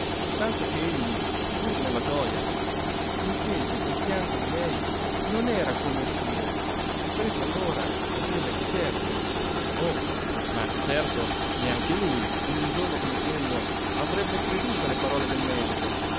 tanto che egli pur nella gioia intese che il pianto di lei non era come il suo e prese allora a dirle che certo oh ma certo neanche lui in un giorno come quello avrebbe creduto alle parole dei medico